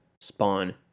spawn